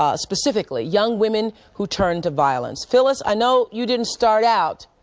ah specifically young women who turn to violence. phyllis, i know you didn't start out,